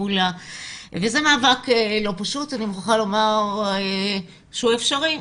זה מאבק לא פשוט ואני מוכרחה לומר שהוא אפשרי.